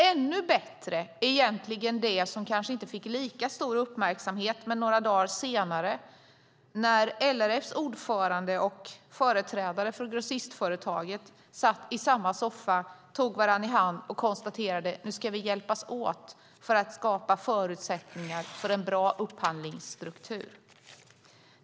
Ännu bättre är egentligen det som kanske inte fick lika stor uppmärksamhet men som hände några dagar senare när LRF:s ordförande och företrädare för grossistföretagen satt i samma soffa, tog varandra i hand och konstaterade att man ska hjälpas åt för att skapa förutsättningar för en bra upphandlingsstruktur.